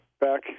Back